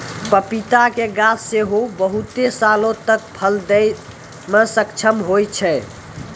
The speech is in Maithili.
पपीता के गाछ सेहो बहुते सालो तक फल दै मे सक्षम होय छै